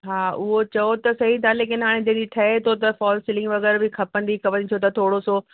हा हूअ चओ त सही था लेकिन हाणे जॾहिं ठहे थो त फॉल सीलिंग वगै़रह बि खपंदी त वरी चओ था थोरो सो